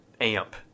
amp